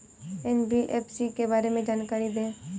NBFC के बारे में जानकारी दें?